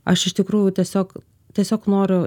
aš iš tikrųjų tiesiog tiesiog noriu